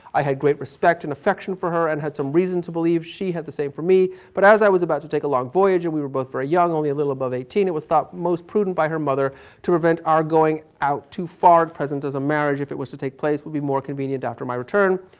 i had great respect and affection for her and had some reason to believe she had the same for me but, as i was about to take a long voyage, and we were both very young, only a little above eighteen, it was thought most prudent by her mother to prevent our going out too far at present, as a marriage, if it was to take place, would be more convenient after my return,